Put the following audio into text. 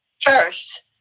first